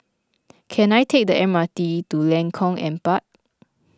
can I take the M R T to Lengkong Empat